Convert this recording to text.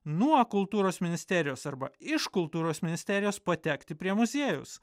nuo kultūros ministerijos arba iš kultūros ministerijos patekti prie muziejaus